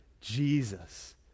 Jesus